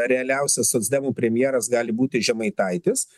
realiausias socdemų premjeras gali būti žemaitaitis